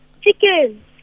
Chicken